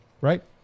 right